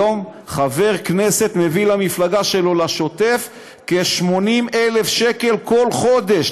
היום חבר כנסת מביא למפלגה שלו לשוטף כ-80,000 שקל בכל חודש.